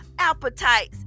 appetites